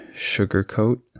sugarcoat